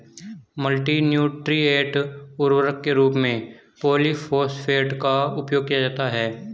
multi nutrient उर्वरक के रूप में पॉलिफॉस्फेट का उपयोग किया जाता है